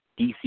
DC